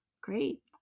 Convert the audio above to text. Great